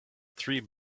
tree